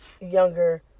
younger